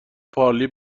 پارلی